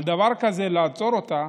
על דבר כזה לעצור אותה?